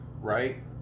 Right